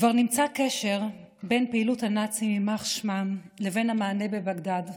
כבר נמצא קשר בין פעילות הנאצים יימח שמם לבין המענה בבגדאד,